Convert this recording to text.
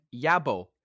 Yabo